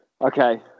Okay